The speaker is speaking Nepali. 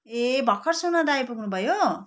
ए भर्खर सोनादा आइपुग्नु भयो